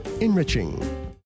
enriching